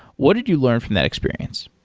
what did you learn from that experience?